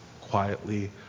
quietly